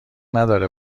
نداره